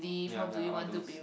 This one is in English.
ya ya all those